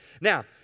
Now